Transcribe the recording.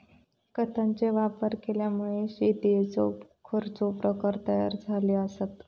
खतांचे वापर केल्यामुळे शेतीयेचे खैचे प्रकार तयार झाले आसत?